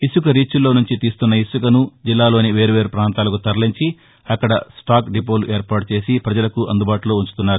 ఇసుక రీచ్ల్లో నుంచి తీస్తున్న ఇసుకను జిల్లాలోని వేర్వేరు పాంతాలకు తరలించి అక్కడ స్టాక్ డిపోలు ఏర్పాటు చేసి పజలకు అందుబాటులో ఉంచుతున్నారు